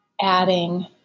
adding